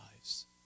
lives